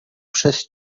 przez